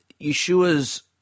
Yeshua's